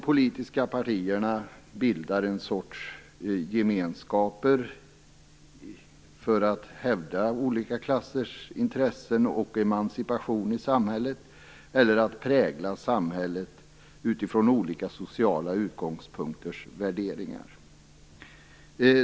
Partierna bildar ett slags gemenskaper för att hävda olika klassers intressen och emancipation i samhället eller för att prägla samhället utifrån olika sociala utgångspunkters värderingar.